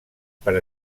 per